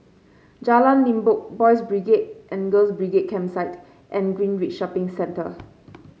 Jalan Limbok Boys' Brigade and Girls' Brigade Campsite and Greenridge Shopping Centre